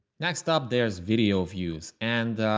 next up, there's video views. and